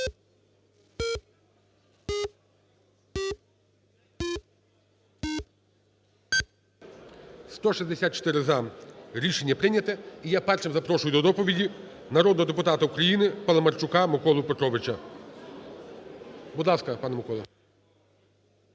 За-164 Рішення прийняте. І я першим запрошую до доповіді народного депутата України Паламарчука Миколу Петровича. Будь ласка, пане Микола.